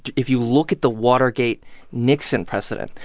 if you look at the watergate nixon precedent,